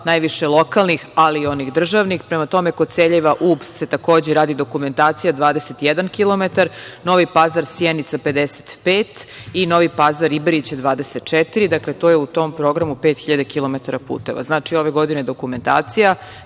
najviše lokalnih, ali i onih državnih. Prema tome, Koceljeva-Ub se takođe radi dokumentacija 21 kilometar, Novi Pazar-Sjenica 55 i Novi Pazar-Ribariće 24. dakle, to je u tom programu pet hiljada kilometara puteva. Znači, ove godine dokumentacija